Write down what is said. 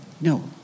no